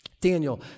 Daniel